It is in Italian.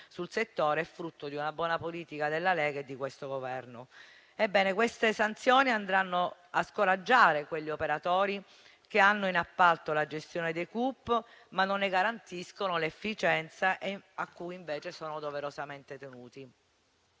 sul settore, è frutto di una buona politica della Lega e di questo Governo. Ebbene, queste sanzioni andranno a scoraggiare quegli operatori che hanno in appalto la gestione dei CUP ma non ne garantiscono l'efficienza, a cui invece sono doverosamente tenuti.